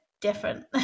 different